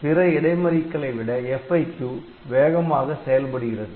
எனவே பிற இடைமறிக்களை விட FIQ வேகமாக செயல்படுகிறது